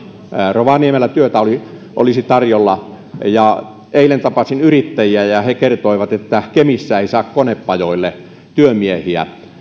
rovaniemellä työtä olisi tarjolla ja eilen tapasin yrittäjiä ja he kertoivat että kemissä ei saa konepajoille työmiehiä